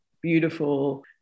beautiful